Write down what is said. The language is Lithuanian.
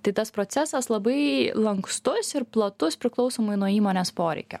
tai tas procesas labai lankstus ir platus priklausomai nuo įmonės poreikio